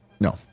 No